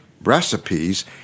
recipes